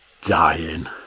dying